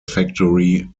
factory